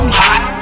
hot